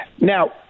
Now